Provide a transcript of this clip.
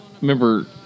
remember